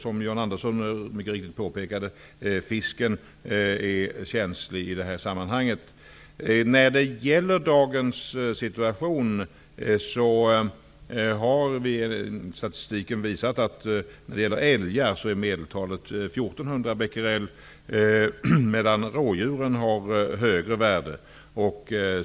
John Andersson påpekade mycket riktigt att fisken är känslig i detta sammanhang. När det gäller dagens situation visar statistiken att medelvärdet för älgar är 1 400 Bq, medan värdet för rådjuren är högre.